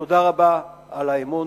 תודה רבה על האמון.